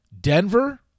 Denver